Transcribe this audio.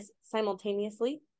simultaneously